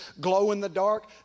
glow-in-the-dark